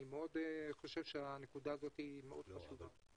אני חושב שהנקודה הזאת היא מאוד חשובה.